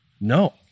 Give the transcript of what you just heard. no